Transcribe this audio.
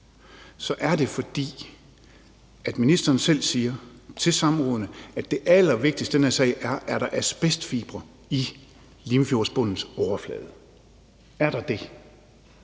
så er det, fordi ministeren selv siger ved samrådene, at det allervigtigste i den her sag er, om der er asbestfibre i Limfjordsbundens overflade – er der det?